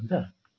हुन्छ